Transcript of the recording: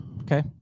Okay